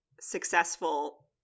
successful